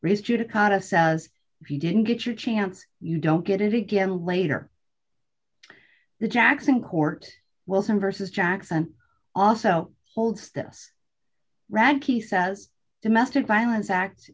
judicata says if you didn't get your chance you don't get it again later the jackson court wilson versus jackson also hold this rag he says domestic violence act